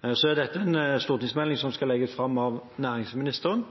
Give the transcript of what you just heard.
Dette er en stortingsmelding som skal legges fram av næringsministeren,